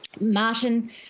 Martin